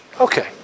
Okay